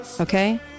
okay